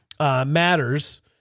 Matters